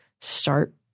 start